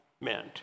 meant